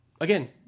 again